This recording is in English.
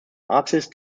artist